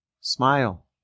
Smile